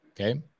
Okay